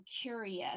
curious